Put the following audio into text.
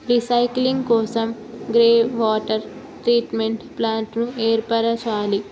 recycling కోసం grey water treatment ప్లాంట్ను ఏర్పరచాలి